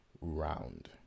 round